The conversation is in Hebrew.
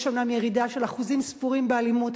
יש אומנם ירידה של אחוזים ספורים באלימות,